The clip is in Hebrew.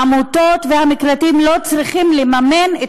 העמותות והמקלטים לא צריכים לממן את